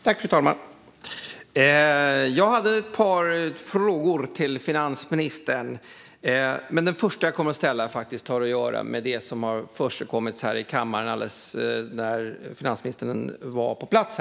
Fru talman! Jag har ett par frågor till finansministern, men först kommer jag att ställa en fråga som har att göra med det som har försiggått här i kammaren när finansministern varit på plats.